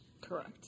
Correct